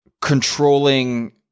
controlling